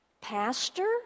pastor